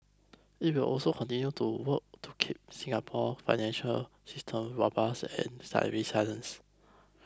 it will also continue to work to keep Singapore financial system robust and resilience